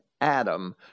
Adam